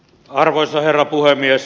arvoisa herra puhemies